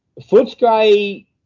Footscray